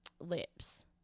lips